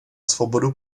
svobodu